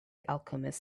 alchemist